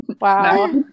Wow